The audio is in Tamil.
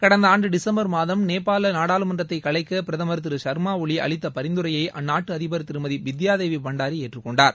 கடந்த ஆண்டு டிசம்பர் மாதம் நேபாள நாடாளுமன்றத்தை கலைக்க பிரதமர் திரு ஷர்மா ஒலி அளித்த பரிந்துரையை அந்நாட்டு அதிபர் திருமதி பித்யா தேவி பண்டாரி ஏற்றுக் கொண்டார்